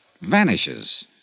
vanishes